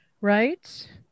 right